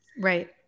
Right